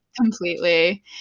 Completely